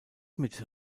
mit